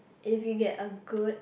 if you get a good